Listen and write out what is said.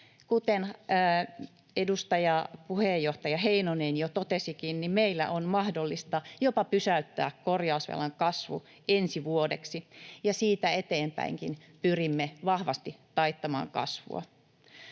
Kuten edustaja, puheenjohtaja Heinonen jo totesikin, meillä on mahdollista jopa pysäyttää korjausvelan kasvu ensi vuodeksi, ja siitä eteenpäinkin pyrimme vahvasti taittamaan kasvua.